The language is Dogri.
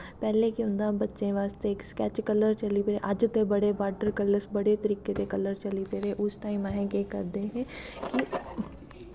पैह्लें केह् होंदा हा बच्चें बास्तै इक स्कैच कलर चली पेदे अज्ज ते बड़े वॉटर्स कलर चली पेदे उस टैम असें केह् करदे हे कि